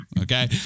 Okay